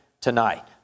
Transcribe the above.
tonight